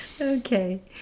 Okay